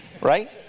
Right